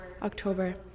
October